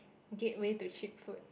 gateway to cheap food